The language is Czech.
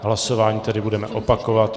Hlasování tedy budeme opakovat.